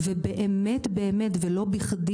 ובאמת-באמת ולא בכדי,